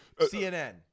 CNN